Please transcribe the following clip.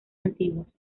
antiguos